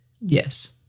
Yes